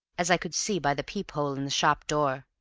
as i could see by the peep-hole in the shop door,